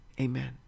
Amen